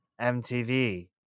MTV